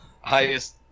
Highest